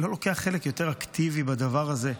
לא לוקחים חלק יותר אקטיבי בדבר הזה.